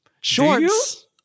Shorts